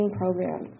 program